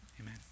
Amen